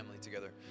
together